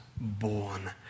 Born